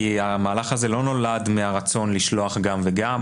כי המהלך הזה לא נולד מהרצון לשלוח גם וגם.